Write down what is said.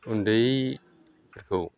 उन्दैफोरखौ